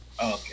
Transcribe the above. okay